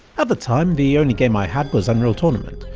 at the time the only game i had was unreal tournament,